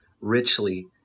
richly